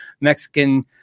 Mexican